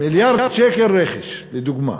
מיליארד שקל רכש, לדוגמה.